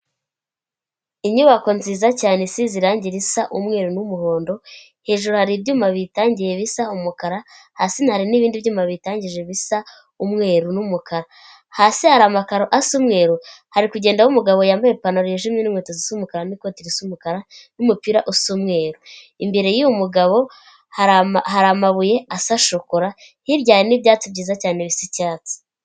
Inyubako nziza cyane isize irangi risa umweru n'umuhondo, hejuru hari ibyuma biyitangiye bisa umukara, hasi hari n'bindi byuma biyitangije bisa umweru n'umukara. Hasi hari amakaro asa umweru, hari kugendamo umugabo yambaye ipantaro yijimye n'inkweto z'umukara, n'ikoti risa umukara n'umupira usa umweru. Imbere y'uyu mugabo hari amabuye asa shokora, hirya hari n'ibyatsi byiza cyane bisa icyatsi.